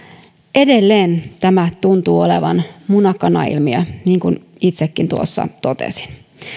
edelleen tämä tuntuu olevan muna kana ilmiö niin kuin itsekin tuossa totesin